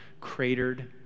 cratered